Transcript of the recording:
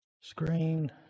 Screen